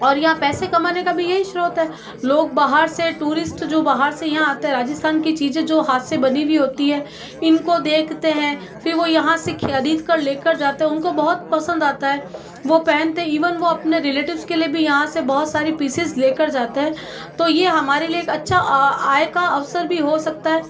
और यहाँ पैसे कमाने का भी यही स्त्रोत है लोग बाहर से टूरिस्ट जो बाहर से यहाँ आते हैं राजस्थान की चीज़ें जो हाथ से बनी भी होती है इनको देखते हैं फिर वो यहाँ से ख़रीद कर लेकर जाते हैं उनको बहुत पसंद आता है वह पहनते इवन वह अपने रिलेटिव्स के लिए भी यहाँ से बहुत सारी पीसिस लेकर जाते हैं तो यह हमारे लिए एक अच्छा आय का अवसर भी हो सकता है